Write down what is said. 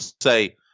say